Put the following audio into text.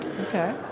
Okay